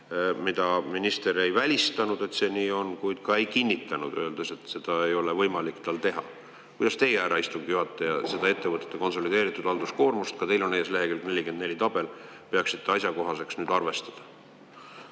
mida minister ei välistanud, et see nii on, kuid ka ei kinnitanud, öeldes, et seda ei ole võimalik tal teha. Kuidas teie, härra istungi juhataja, seda ettevõtete konsolideeritud halduskoormust – ka teil on ees lehekülg 44 tabel – peaksite asjakohaseks arvestada?